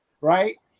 Right